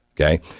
okay